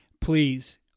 Please